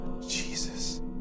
Jesus